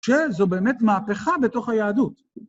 שזו באמת מהפכה בתוך היהדות.